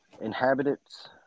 inhabitants